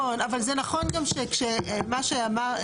אבל זה נכון גם שמה שאמר,